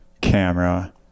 camera